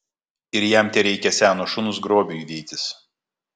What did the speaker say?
ir jam tereikia seno šuns grobiui vytis